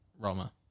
Roma